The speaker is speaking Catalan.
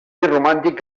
romàntic